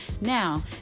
now